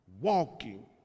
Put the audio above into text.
walking